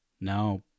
now